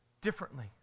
differently